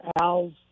Al's